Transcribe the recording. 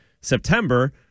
September